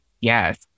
yes